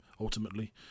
ultimately